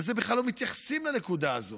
בכלל לא מתייחסים לנקודה הזאת,